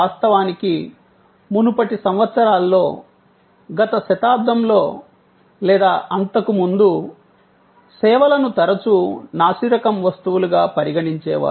వాస్తవానికి మునుపటి సంవత్సరాల్లో గత శతాబ్దంలో లేదా అంతకుముందు సేవలను తరచూ నాసిరకం వస్తువులుగా పరిగణించేవారు